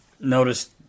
noticed